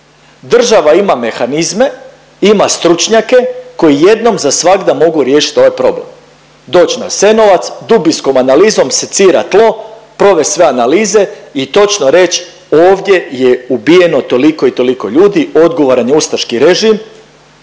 Država ima mehanizme, ima stručnjake koji jednom zasvagda mogu riješit ovaj problem, doć na Jasenovac, dubinskom analizom secira tlo, provest sve analize i točno reć ovdje je ubijeno toliko i toliko ljudi, odgovoran je ustaški režim,